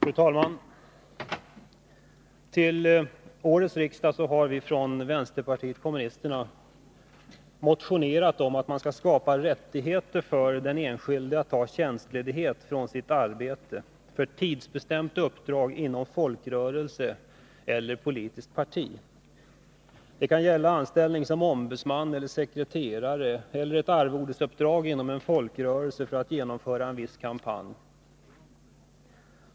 Fru talman! Till förra riksmötet motionerade vi från vänsterpartiet kommunisterna om att man skall skapa rättigheter för den enskilde att ta tjänstledigt från sitt arbete för tidsbestämt uppdrag inom folkrörelse eller politiskt parti. Det kan gälla anställning som ombudsman eller sekreterare eller ett arvodesuppdrag inom en folkrörelse för att genomföra en viss kampanj.